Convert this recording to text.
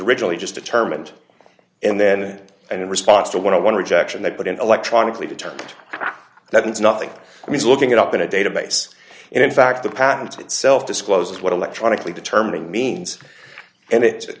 originally just determined and then and in response to what i want rejection they put in electronically determined that it's not like he's looking it up in a database and in fact the patent itself discloses what electronically determining means and it